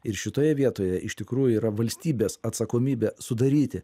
ir šitoje vietoje iš tikrųjų yra valstybės atsakomybė sudaryti